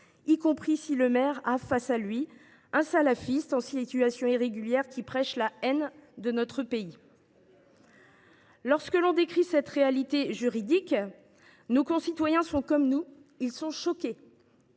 y compris si le maire a face à lui un salafiste en situation irrégulière qui prêche la haine de notre pays. Bravo ! Très bien ! Lorsque l’on décrit cette réalité juridique, nos concitoyens sont comme nous, ils sont choqués,